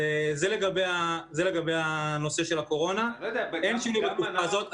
זה לגבי הקורונה אין שינוי בתקופה הזו.